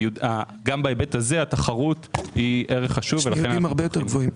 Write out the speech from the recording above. הם בהיבט הזה התחרות היא ערך חשוב ולכן אנחנו תומכים.